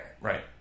Right